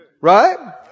Right